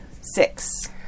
six